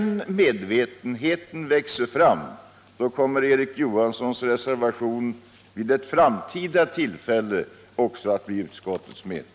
När medvetenheten om detta växer fram, då kommer Erik Johanssons reservation vid ett framtida tillfälle också att bli utskottets mening.